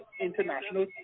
international